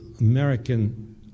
American